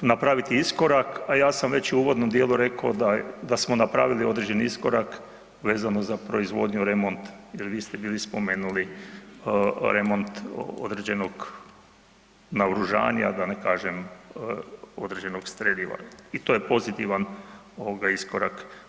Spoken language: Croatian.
napraviti iskorak a ja sam već u uvodno djelu rekao da smo napravili određeni iskorak vezano za proizvodnju i remont jer vi ste bili spomenuli remont određenog naoružavanja, da ne kažem određenog streljiva i to je pozitivan iskorak.